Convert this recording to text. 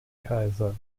kaiser